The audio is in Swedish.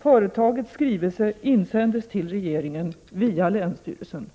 Företagets skrivelse insändes till regeringen via länsstyrelsen.